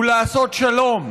הוא לעשות שלום.